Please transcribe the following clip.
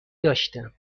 داشتم